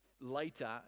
later